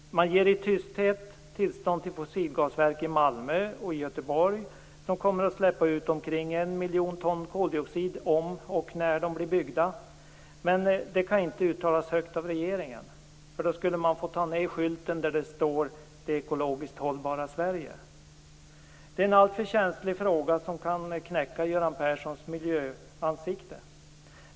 Man ger i tysthet tillstånd till fossilgasverk i Malmö och i Göteborg som kommer att släppa ut omkring en miljon ton koldioxid om eller när de har byggts, men det kan inte uttalas högt av regeringen för då skulle man få ta ned skylten där det står det ekologiskt hållbara Sverige. Det är en alltför känslig fråga som kan knäcka Göran Perssons miljöanseende.